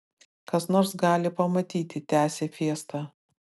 kas nors gali pamatyti tęsė fiesta